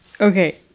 okay